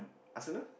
arsenal